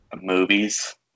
movies